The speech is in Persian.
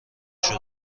شده